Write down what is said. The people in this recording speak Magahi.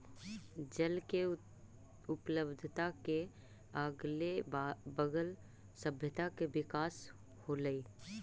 जल के उपलब्धता के अगले बगल सभ्यता के विकास होलइ